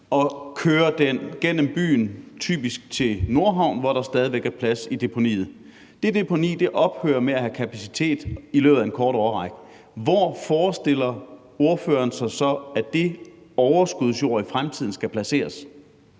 og kører den gennem byen, typisk til Nordhavn, hvor der stadig væk er plads i deponiet. Det deponi ophører med at have kapacitet i løbet af en kort årrække. Hvor forestiller ordføreren sig så at det overskudsjord i fremtiden skal placeres?